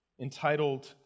entitled